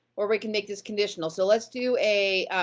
or we can make this conditional. so, let's do a,